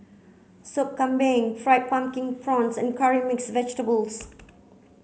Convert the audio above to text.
Sop Kambing fried pumpkin prawns and curry mixed vegetables